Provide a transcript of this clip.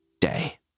day